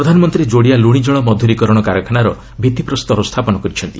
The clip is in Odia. ପ୍ରଧାନମନ୍ତ୍ରୀ ଯୋଡ଼ିଆ ଲୁଣି ଜଳ ମଧୁରକରଣ କାରଖାନାର ଭିଭିପ୍ରସ୍ତର ସ୍ଥାପନ କରିଛନ୍ତି